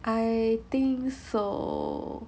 I think so